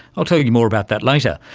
i'll tell you more about that later.